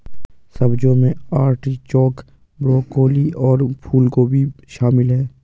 सब्जियों में artichoke, broccoli और फूलगोभी शामिल है